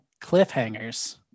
cliffhangers